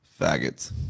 faggots